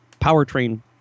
powertrain